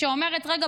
שאומרת: רגע,